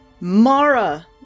Mara